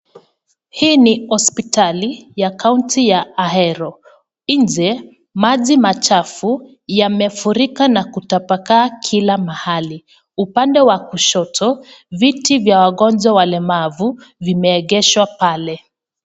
Hii ni hospitali ya(CS) county(CS) ya Ahero, nje maji machafu yamefurika na kutapakaa kila mahali, upande wa kushoto viti vya wagonjwa walemavu vimeegeshwa pale.